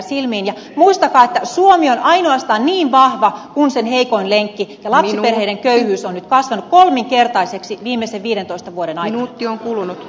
muistakaa että suomi on ainoastaan niin vahva kuin on sen heikoin lenkki ja lapsiperheiden köyhyys on nyt kasvanut kolminkertaiseksi viimeisen viidentoista vuoden aikana